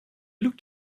looked